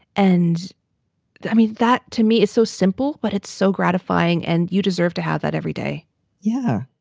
and i mean, that to me is so simple, but it's so gratifying. and you deserve to have that every day yeah.